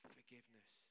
Forgiveness